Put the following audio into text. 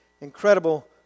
incredible